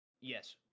Yes